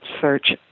search